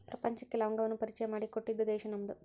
ಪ್ರಪಂಚಕ್ಕೆ ಲವಂಗವನ್ನಾ ಪರಿಚಯಾ ಮಾಡಿಕೊಟ್ಟಿದ್ದ ದೇಶಾ ನಮ್ದು